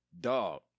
dog